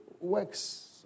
works